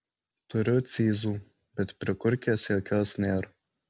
turiu cyzų bet prikurkės jokios nėr